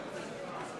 זאב בוים,